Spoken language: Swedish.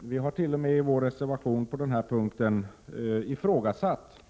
Vi har i vår reservation på den här punkten t.o.m. ifrågasatt